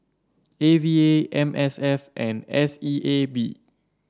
A V A M S F and S E A B